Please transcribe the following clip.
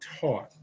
taught